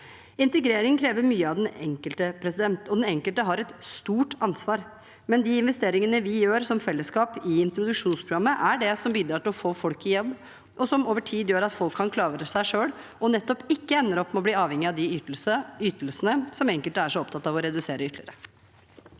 Integrering krever mye av den enkelte, og den enkelte har et stort ansvar, men de investeringene vi som fellesskap gjør i introduksjonsprogrammet, er det som bidrar til å få folk i jobb, og som over tid gjør at folk kan klare seg selv og nettopp ikke ender opp med å bli avhengig av de ytelsene som enkelte er så opptatt av å redusere ytterligere.